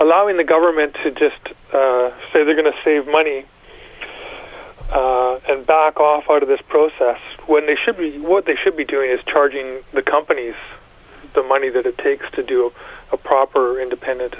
allowing the government to just say they're going to save money and back off out of this process when they should what they should be doing is charging the companies the money that it takes to do a proper independent